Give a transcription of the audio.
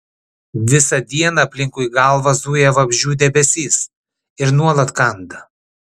visą dieną aplinkui galvą zuja vabzdžių debesys ir nuolat kanda